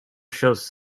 shows